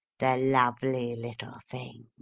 the lovely little things.